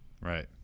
Right